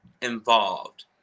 involved